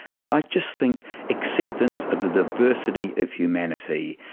and i just think acceptance of the diversity of humanity,